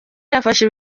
yafashe